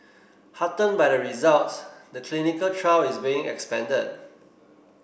heartened by the results the clinical trial is being expanded